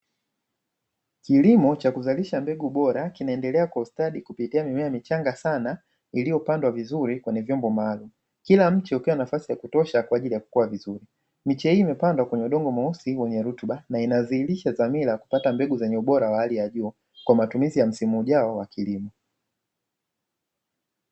Kilimo cha kuzalisha mbegu bora kinaendelea kwa ustadi kupitia mimea michanga sana iliyopandwa vizuri kwenye vyombo maalumu. Kila mche ukiwa na nafasi ya kutosha kwa ajili ya kukua vizuri. Miche hii imepandwa kwenye udongo mweusi wenye rutuba na inadhihirisha dhamira ya kupata mbegu zenye ubora wa hali ya juu kwa matumizi ya msimu ujao wa kilimo.